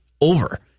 over